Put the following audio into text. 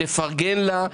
לפרגן לה,